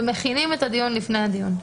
ומכינים את הדיון לפני הדיון.